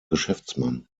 geschäftsmann